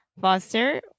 Foster